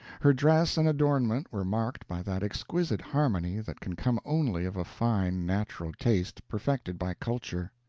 her dress and adornment were marked by that exquisite harmony that can come only of a fine natural taste perfected by culture.